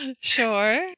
Sure